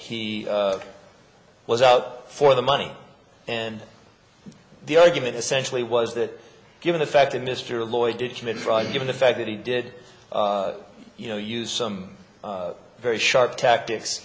he was out for the money and the argument essentially was that given the fact that mr lloyd did commit fraud given the fact that he did you know use some very sharp tactics